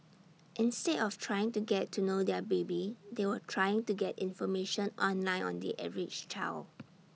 instead of trying to get to know their baby they were trying to get information online on the average child